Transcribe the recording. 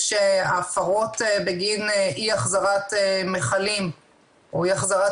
הפרות בגין אי החזרת מכלים או אי החזרת